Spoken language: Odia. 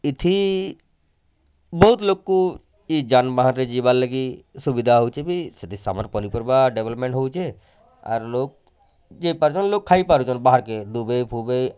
ଇଠି ବହୁତ୍ ଲୋକ୍କୁ ଇ ଯାନବାହାନ୍ରେ ଯିବାର୍ ଲାଗି ସୁବିଧା ହେଉଛେଁ ବି ସେଠି ସାମାନ୍ କରିବା ଡ଼େଭଲପମେଣ୍ଟ ହେଉଛେଁ ଆର୍ ଲୋକ୍ ଯାଇପାରୁଛନ୍ ଲୋକ୍ ଖାଇପାରୁଛନ୍ ବାହାର୍ କେ ଦୁବେ ଫୁବେ